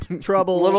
trouble